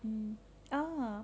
um ah